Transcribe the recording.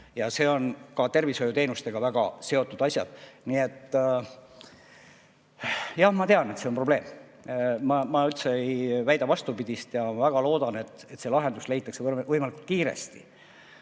Need on ka tervishoiuteenustega väga seotud asjad. Jah, ma tean, et see on probleem, ma üldse ei väida vastupidist. Ma väga loodan, et see lahendus leitakse võimalikult kiiresti,